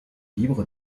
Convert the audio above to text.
livres